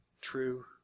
true